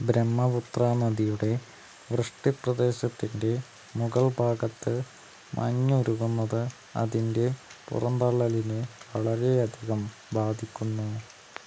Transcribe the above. ബ്രഹ്മപുത്ര നദിയുടെ വൃഷ്ടിപ്രദേശത്തിൻ്റെ മുകൾ ഭാഗത്ത് മഞ്ഞ് ഉരുകുന്നത് അതിൻ്റെ പുറന്തള്ളലിനെ വളരെയധികം ബാധിക്കുന്നു